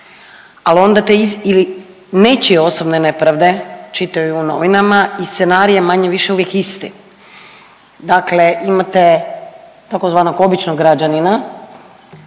al onda te ili nečije osobne nepravde čitaju u novinama i scenarij je manje-više uvijek isti, dakle imate tzv. običnog građanina